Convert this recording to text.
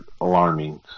alarming